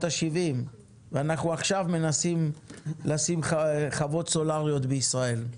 ה-70 ורק עכשיו אנחנו מציבים חוות סולאריות לשימוש ישראלי.